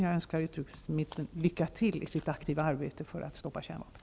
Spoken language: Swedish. Jag önskar utrikesministern lycka till i sitt aktiva arbete för att stoppa kärnvapen.